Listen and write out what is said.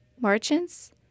Merchants